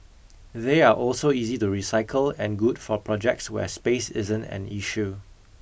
they are also easy to recycle and good for projects where space isn't an issue